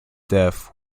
death